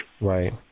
Right